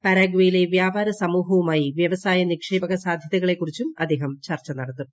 പരാഗ്വേയിലെ വ്യാപാര സ്ക്മൂഹ്വുമായി വ്യവസായ നിക്ഷേപക സാധ്യതകളെക്കുറിച്ചും അദ്ദേഹം ചർച്ച നടത്തും